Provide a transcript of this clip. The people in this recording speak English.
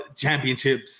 championships